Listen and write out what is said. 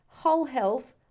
wholehealth